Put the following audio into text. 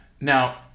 Now